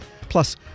Plus